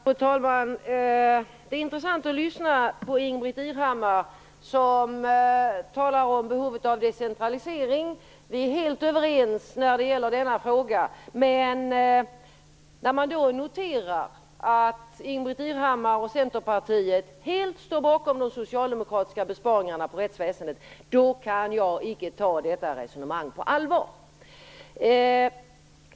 Fru talman! Det är intressant att lyssna på Ingbritt Irhammar när hon talar om behovet av decentralisering. Vi är helt överens i den frågan. Men Ingbritt Irhammar och Centerpartiet står ju helt och fullt bakom de socialdemokratiska besparingarna på rättsväsendets område, och därför kan jag icke ta detta resonemang på allvar.